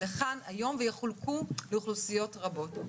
לכאן היום ויחולקו לאוכלוסיות רבות.